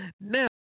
Now